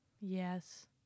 Yes